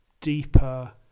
deeper